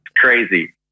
crazy